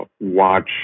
watch